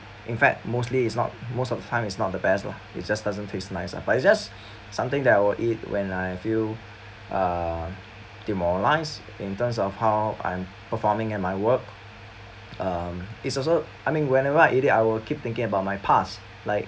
in fact mostly it's not most of the time it's not the best lah it just doesn't taste nice lah but it's just something that I will eat when I feel uh demoralized in terms of how I'm performing in my work um it's also I mean whenever I eat it I will keep thinking about my past like